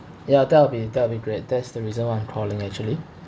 ya that'll be that'll be great that's the reason why I'm calling actually